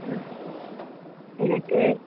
ம் எனக்கு